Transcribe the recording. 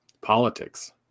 politics